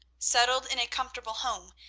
settled in a comfortable home,